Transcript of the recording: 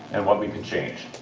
and what we could change.